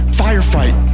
firefight